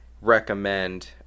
recommend